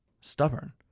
stubborn